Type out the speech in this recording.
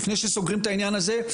לפני שסוגרים את העניין הזה,